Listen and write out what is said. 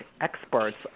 experts